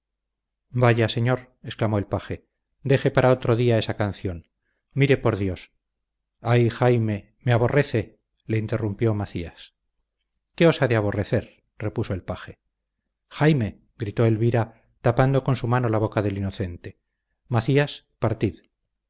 vaya señor exclamó el paje deje para otro día esa canción mire por dios ah jaime me aborrece le interrumpió macías qué os ha de aborrecer repuso el paje jaime gritó elvira tapando con su mano la boca del inocente macías partid